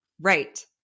right